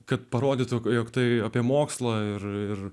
kad parodytų jog tai apie mokslo ir